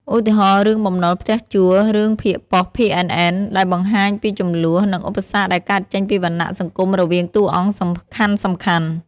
ឧទាហរណ៍ រឿង បំណុលផ្ទះជួល រឿងភាគប៉ុស្តិ៍ PNN ដែលបង្ហាញពីជម្លោះ និងឧបសគ្គដែលកើតចេញពីវណ្ណៈសង្គមរវាងតួអង្គសំខាន់ៗ។